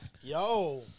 Yo